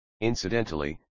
Incidentally